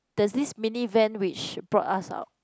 there's this mini van which brought us out